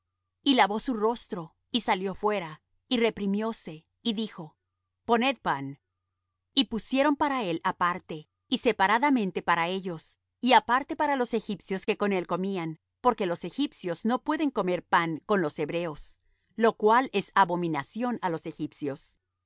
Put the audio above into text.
y lavó su rostro y salió fuera y reprimióse y dijo poned pan y pusieron para él aparte y separadamente para ellos y aparte para los egipcios que con él comían porque los egipcios no pueden comer pan con los hebreos lo cual es abominación á los egipcios